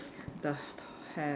the the hair